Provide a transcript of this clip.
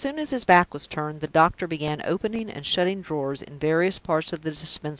as soon as his back was turned, the doctor began opening and shutting drawers in various parts of the dispensary,